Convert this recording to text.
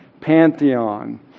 pantheon